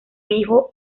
hijo